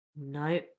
No